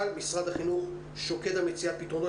אבל משרד החינוך שוקד על מציאת פתרונות